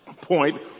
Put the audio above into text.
point